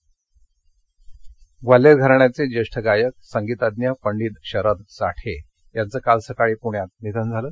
साठे निधन ग्वाल्हेर घराण्याचे ज्येष्ठ गायक संगीतज्ञ पंडित शरद साठे यांचं काल सकाळी पुण्यात निधन झालं